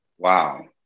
Wow